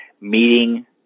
meeting